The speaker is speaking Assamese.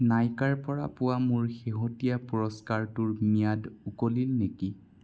নাইকাৰ পৰা পোৱা মোৰ শেহতীয়া পুৰস্কাৰটোৰ ম্যাদ উকলিল নেকি